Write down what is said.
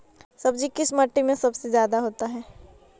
सब्जी किस माटी में सबसे ज्यादा होता है?